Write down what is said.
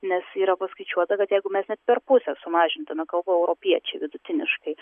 nes yra paskaičiuota kad jeigu mes net per pusę sumažintume kalbu europiečiai vidutiniškai